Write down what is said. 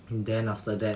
and then after that